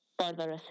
further